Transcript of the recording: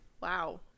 Wow